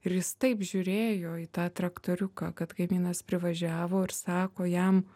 ir jis taip žiūrėjo į tą traktoriuką kad kaimynas privažiavo ir sako jam